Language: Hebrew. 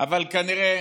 אבל כנראה